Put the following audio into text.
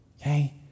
okay